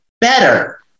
better